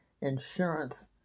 insurance